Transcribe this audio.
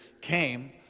came